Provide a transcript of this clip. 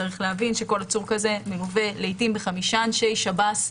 כל עצור כזה מלווה לעיתים בחמישה אנשי שב"ס.